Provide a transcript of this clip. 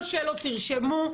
את כל השאלות תשאלו,